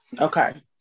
Okay